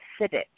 acidic